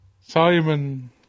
Simon